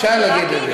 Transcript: אפשר להגיד את זה.